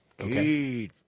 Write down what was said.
Okay